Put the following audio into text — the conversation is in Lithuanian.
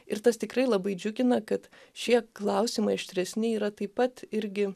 ir tas tikrai labai džiugina kad šie klausimai aštresni yra taip pat irgi